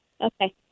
Okay